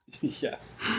Yes